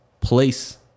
place